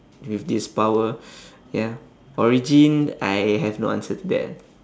with this power ya origin I have no answer to that